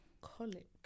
colic